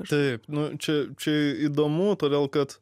taip nu čia čia įdomu todėl kad